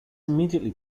immediately